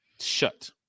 shut